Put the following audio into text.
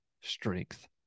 strength